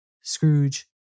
Scrooge